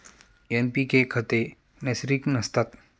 NPK खते नैसर्गिक नसतात